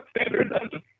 standard